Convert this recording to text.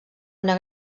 una